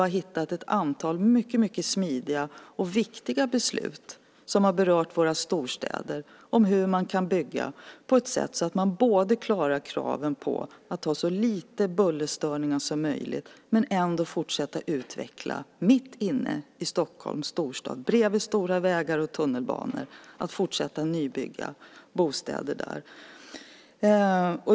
Där har vi nu kommit fram till smidiga och viktiga beslut som rör våra storstäder och som gör att man kan bygga på ett sätt så att man klarar kraven på att ha så lite bullerstörningar som möjligt men ändå kan fortsätta att bygga bostäder inne i Storstockholm, bredvid stora vägar och tunnelbana.